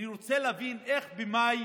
אני רוצה להבין איך במאי